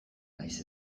nahiz